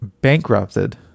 bankrupted